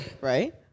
Right